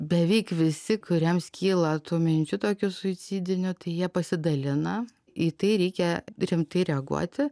beveik visi kuriems kyla tų minčių tokių suicidinių tai jie pasidalina į tai reikia rimtai reaguoti